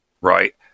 right